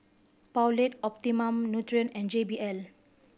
Poulet Optimum Nutrition and J B L